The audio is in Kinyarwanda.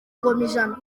ngomijana